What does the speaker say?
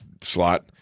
slot